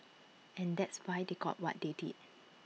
and that's why they got what they did